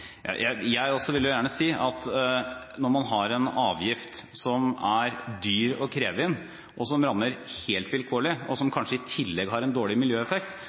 Jeg vil også gjerne si at når man har en avgift som er dyr å kreve inn, og som rammer helt vilkårlig, og som kanskje i tillegg har en dårlig miljøeffekt,